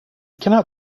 cannot